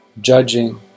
judging